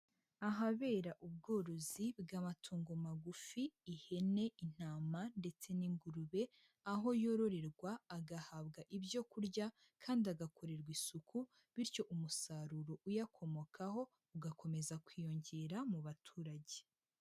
Ahabera ubworozi bw'amatungo magufi, ihene, intama ndetse n'ingurube, aho yororerwa agahabwa ibyo kurya kandi agakorerwa isuku bityo umusaruro uyakomokaho ugakomeza kwiyongera mu baturage.